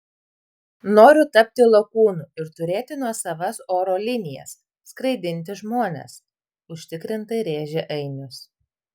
noriu tapti lakūnu ir turėti nuosavas oro linijas skraidinti žmones užtikrintai rėžė ainius